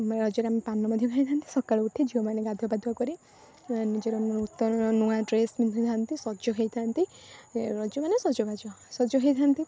ରଜରେ ଆମେ ପାନ ମଧ୍ୟ ଖାଇଥାନ୍ତି ସକାଳୁ ଉଠି ଝିଅମାନେ ଗାଧୁଆ ପାଧୁଆ କରି ନିଜର ନୂତନ ନୂଆ ଡ୍ରେସ୍ ପିନ୍ଧିଥାନ୍ତି ସଜ ହେଇଥାନ୍ତି ରଜମାନେ ସଜବାଜ ସଜ ହେଇଥାନ୍ତି